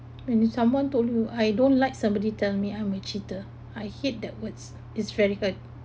when someone told you I don't like somebody tell me I'm a cheater I hate that words is very hurt